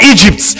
Egypt